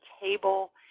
table